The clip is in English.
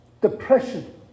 Depression